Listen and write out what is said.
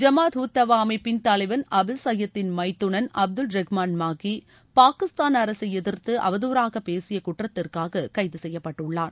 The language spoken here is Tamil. ஜமாத் உத் தவா அமைப்பின் தலைவன் ஹபீஸ் சையதின் மைத்துனன் அப்துல் ரஹ்மான் மாக்கி பாகிஸ்தான் அரசை எதிர்த்து அவதுறாக பேசிய குற்றத்திற்காக கைதுசெய்யப்பட்டுள்ளான்